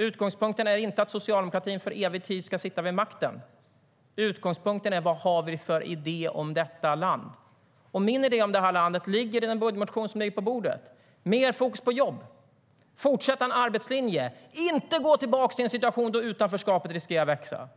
Utgångspunkten är inte att socialdemokratin för evig tid ska sitta vid makten. Utgångspunkten är: Vad har vi för idé om detta land? gå tillbaka till en situation där utanförskapet riskerar att växa!